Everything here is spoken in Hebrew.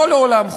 לא לעולם חוסן.